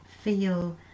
feel